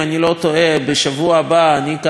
בשבוע הבא אני כאן בשעת שאלות,